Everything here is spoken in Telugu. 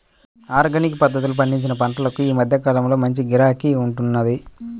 ఆర్గానిక్ పద్ధతిలో పండించిన పంటలకు ఈ మధ్య కాలంలో మంచి గిరాకీ ఉంటున్నది